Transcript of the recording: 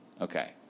Okay